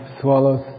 swallows